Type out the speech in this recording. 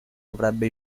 avrebbe